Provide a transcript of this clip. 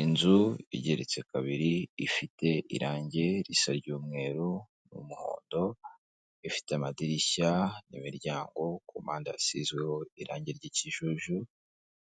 Inzu igeretse kabiri ifite irangi risa ry'umweru mu muhondo ifite amadirishya n'imiryango kumpande yasizweho irangi ry'ikijuju